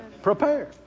Prepare